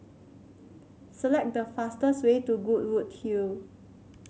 select the fastest way to Goodwood Hill